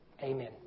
Amen